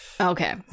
Okay